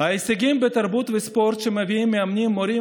ההישגים בתרבות וספורט שמביאים מאמנים-מורים